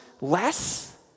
less